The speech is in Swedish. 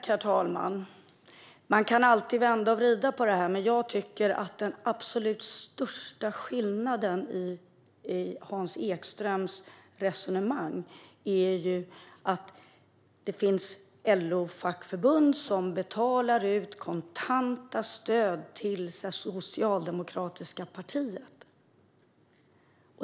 Herr talman! Man kan alltid vända och vrida på detta, men jag tycker att den absolut största skillnaden i Hans Ekströms resonemang är att det finns LO-fackförbund som betalar ut kontanta stöd till det socialdemokratiska partiet.